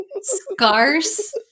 Scars